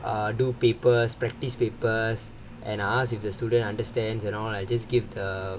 err do papers practice papers and asked if the student understands and all just give the